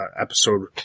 episode